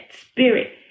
spirit